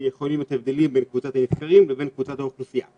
שיכולים להיות הבדלים בין קבוצת הנסקרים לבין קבוצת האוכלוסייה.